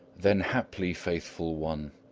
then haply, faithful one,